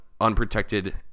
unprotected